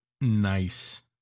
nice